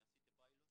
אני עשיתי פיילוט